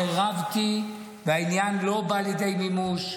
סירבתי, והעניין לא בא לידי מימוש,